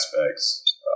aspects